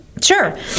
Sure